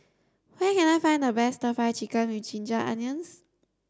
where can I find the best stir fry chicken with ginger onions